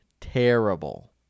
terrible